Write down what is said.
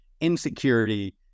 insecurity